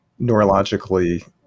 neurologically